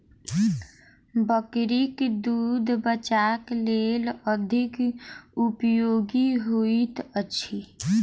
बकरीक दूध बच्चाक लेल अधिक उपयोगी होइत अछि